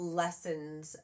lessons